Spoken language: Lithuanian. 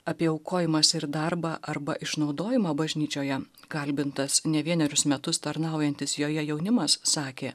apie aukojimąsi ir darbą arba išnaudojimą bažnyčioje kalbintas ne vienerius metus tarnaujantis joje jaunimas sakė